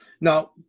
now